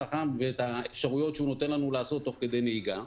ואת האפשרויות שהוא נותן לנו לעשות תוך כדי נהיגה,